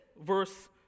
verse